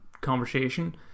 conversation